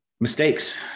Mistakes